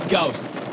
Ghosts